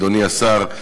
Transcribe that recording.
אדוני השר.